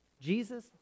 Jesus